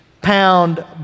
pound